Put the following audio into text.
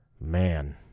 Man